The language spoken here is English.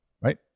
right